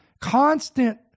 constant